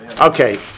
Okay